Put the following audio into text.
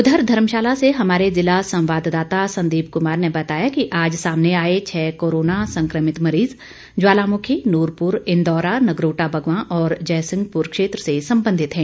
उधर धर्मशाला से हमारे जिला संवाद्दाता संदीप कुमार ने बताया कि आज सामने आए छः कोरोना संक्रमित मरीज ज्वालामुखी नूरपुर इंदौरा नगरोटा बगवां और जयसिंहपुर क्षेत्र से संबंधित हैं